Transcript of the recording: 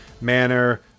manner